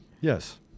Yes